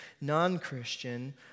non-Christian